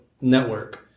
network